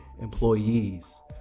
employees